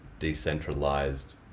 decentralized